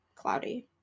cloudy